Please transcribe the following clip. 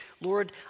Lord